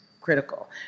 critical